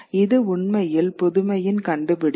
இது உண்மையில் புதுமையின் கண்டுபிடிப்பு